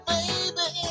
Baby